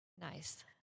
Nice